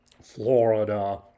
Florida